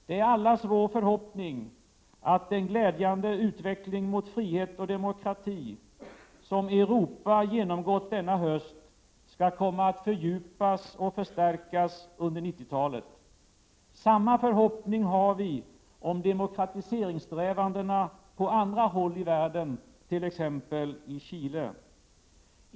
Det är allas vår förhoppning att den glädjande utveckling mot frihet och demokrati som Europa genomgått under denna höst skall komma att fördjupas och förstärkas under 90-talet. Samma förhoppning har vi om demokratiseringssträvandena på andra håll i världen, t.ex. i Chile.